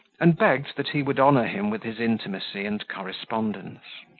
and begged that he would honour him with his intimacy and correspondence.